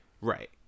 Right